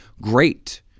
great